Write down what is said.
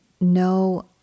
no